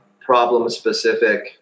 problem-specific